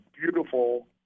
beautiful